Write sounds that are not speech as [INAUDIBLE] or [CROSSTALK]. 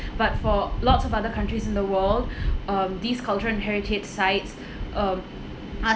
but for lots of other countries in the world [BREATH] um these cultural and heritage sites [BREATH] um are